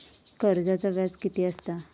कर्जाचा व्याज कीती असता?